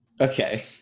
Okay